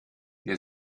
der